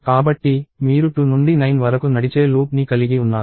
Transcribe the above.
కాబట్టి మీరు 2 నుండి 9 వరకు నడిచే లూప్ ని కలిగి ఉన్నారు